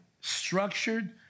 structured